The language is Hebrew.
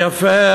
יפה.